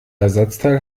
ersatzteil